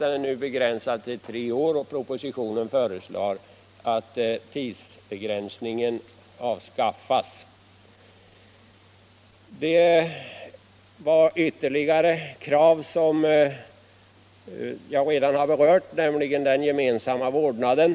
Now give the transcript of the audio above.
Den rätten är nu begränsad till tre år. Propositionen föreslår att tidsbegränsningen avskaffas. Det fanns ytterligare krav som jag redan har berört, nämligen den gemensamma vårdnaden.